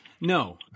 No